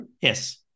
Yes